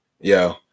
yo